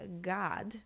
god